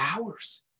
hours